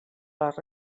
les